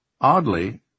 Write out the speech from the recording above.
Oddly